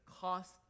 cost